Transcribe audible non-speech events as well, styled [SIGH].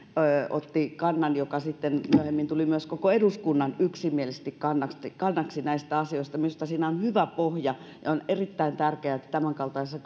otti kannan joka sitten myöhemmin tuli myös koko eduskunnan yksimieliseksi kannaksi näistä asioista minusta siinä on hyvä pohja ja on erittäin tärkeää että tämänkaltaisissa [UNINTELLIGIBLE]